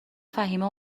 فهیمه